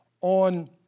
on